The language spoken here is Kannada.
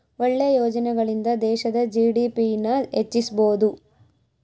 ಒಳ್ಳೆ ಯೋಜನೆಗಳಿಂದ ದೇಶದ ಜಿ.ಡಿ.ಪಿ ನ ಹೆಚ್ಚಿಸ್ಬೋದು